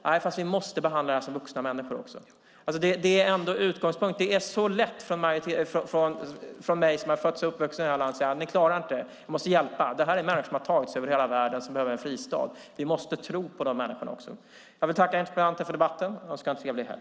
Men vi måste behandla dem som vuxna människor. Det är så lätt för oss som är födda och uppvuxna i det här landet att säga: Ni klarar inte det här. Vi måste hjälpa er. Det här är människor som har tagit sig över hela världen och som behöver en fristad. Vi måste tro på de människorna också. Jag vill tacka interpellanten för debatten och önska en trevlig helg.